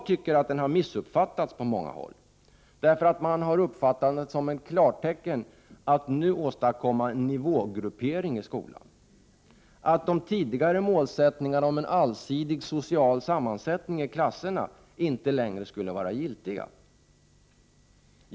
Detta har ofta missuppfattats, då man har trott att det har givits klartecken för att nu åstadkomma en nivågruppering i skolan, att de tidigare målsättningarna om en allsidig, social sammansättning i klasserna inte längre skulle vara giltiga.